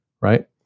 right